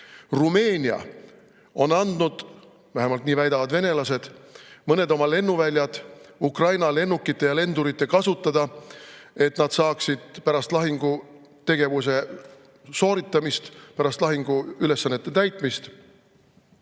Rumeenia on andnud, vähemalt nii väidavad venelased, mõned oma lennuväljad Ukraina lennukite ja lendurite kasutada, et nad saaksid pärast lahingutegevuse sooritamist, pärast lahinguülesannete täitmist